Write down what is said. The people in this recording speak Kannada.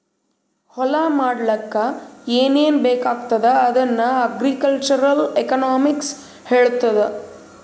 ಹೊಲಾ ಮಾಡ್ಲಾಕ್ ಏನೇನ್ ಬೇಕಾಗ್ತದ ಅದನ್ನ ಅಗ್ರಿಕಲ್ಚರಲ್ ಎಕನಾಮಿಕ್ಸ್ ಹೆಳ್ತುದ್